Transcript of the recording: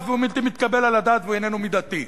והוא בלתי מתקבל על הדעת והוא איננו מידתי.